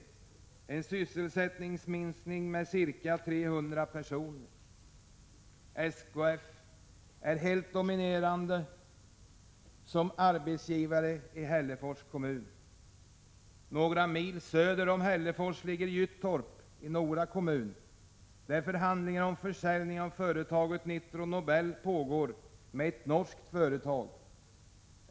Det innebär en sysselsättningsminskning med ca 300 personer. SKF är helt dominerande som arbetsgivare i Hällefors kommun. Några mil söder om Hällefors ligger Gyttorp i Nora kommun, där förhandlingar om försäljning av företaget Nitro Nobel pågår med ett norskt företag.